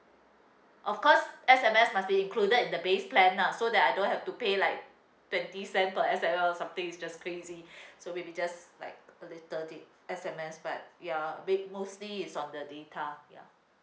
of course S_M_S must be included in the base plan lah so that I don't have to pay like twenty cent per S_M_S or something it's just crazy so maybe just like a little bit S_M_S but ya bi~ mostly is on the data ya